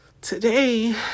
Today